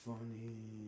Funny